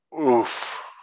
oof